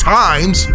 times